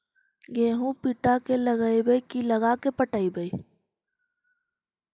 गेहूं पटा के लगइबै की लगा के पटइबै?